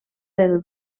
del